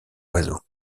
oiseaux